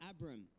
Abram